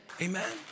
Amen